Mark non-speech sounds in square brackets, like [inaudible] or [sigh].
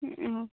[unintelligible]